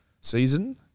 season